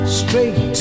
straight